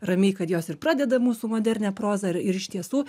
ramiai kad jos ir pradeda mūsų modernią prozą ir ir iš tiesų